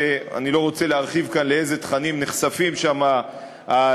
ואני לא רוצה להרחיב כאן לאיזה תכנים נחשפים שם הילדים,